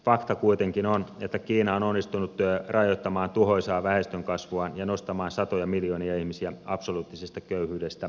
fakta kuitenkin on että kiina on onnistunut rajoittamaan tuhoisaa väestönkasvuaan ja nostamaan satoja miljoonia ihmisiä absoluuttisesta köyhyydestä hyvinvointiin